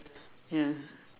ya